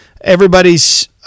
everybody's –